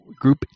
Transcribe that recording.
Group